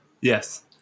Yes